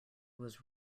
was